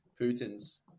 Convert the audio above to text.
Putin's